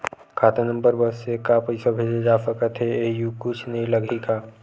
खाता नंबर बस से का पईसा भेजे जा सकथे एयू कुछ नई लगही का?